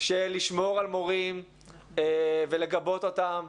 של לשמור על מורים ולגבות אותם.